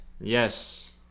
Yes